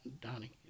Donnie